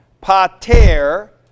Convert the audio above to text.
pater